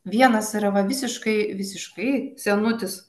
vienas yra va visiškai visiškai senutis